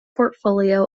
portfolio